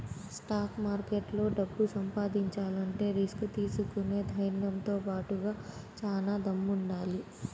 stock మార్కెట్లో డబ్బు సంపాదించాలంటే రిస్క్ తీసుకునే ధైర్నంతో బాటుగా చానా దమ్ముండాలి